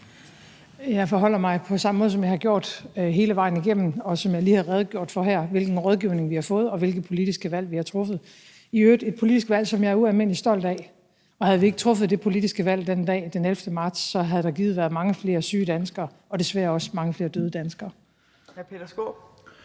Jeg forholder mig på samme måde, som jeg har gjort hele vejen igennem, og som jeg lige har redegjort for her, nemlig til, hvilken rådgivning vi har fået, og hvilke politiske valg vi har truffet – i øvrigt et politisk valg, som jeg er ualmindelig stolt af. Havde vi ikke truffet det politiske valg den dag, den 11. marts, havde der givet været mange flere syge danskere og desværre også mange flere døde danskere.